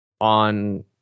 on